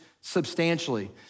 substantially